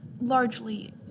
largely